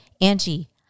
Angie